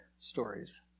stories